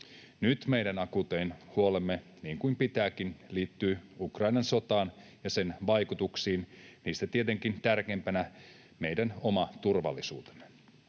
Nyt meidän akuutein huolemme, niin kuin pitääkin, liittyy Ukrainan sotaan ja sen vaikutuksiin, niistä tietenkin tärkeimpänä meidän omaan turvallisuuteemme.